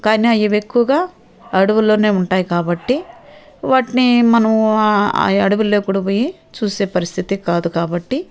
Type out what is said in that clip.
కానీ అవి ఎక్కువగా అడవుల్లో ఉంటాయి కాబట్టి వాటిని మనము ఆ అడవుల్లోకి కూడా పోయి చూసే పరిస్థితి కాదు కాబట్టి